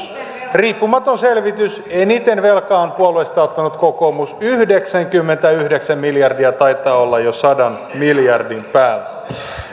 riippumaton selvitys eniten velkaa on puolueista ottanut kokoomus yhdeksänkymmentäyhdeksän miljardia taitaa olla jo sadan miljardin päälle